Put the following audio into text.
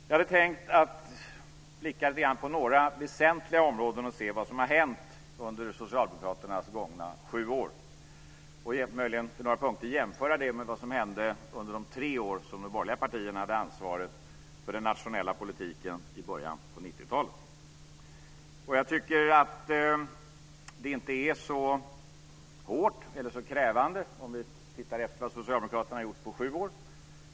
Jag hade tänkt blicka lite grann på några väsentliga områden och se vad som har hänt under socialdemokraternas gångna sju år och möjligen på några punkter jämföra det med vad som hände under de tre år som de borgerliga partierna hade ansvaret för den nationella politiken i början av 90-talet. Jag tycker inte att det är så hårt eller krävande att titta efter vad socialdemokraterna har gjort på sju år.